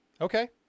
okay